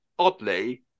Oddly